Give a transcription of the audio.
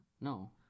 No